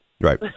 Right